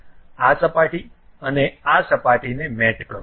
આ સપાટી અને આ સપાટીને મેટ કરો